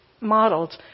modeled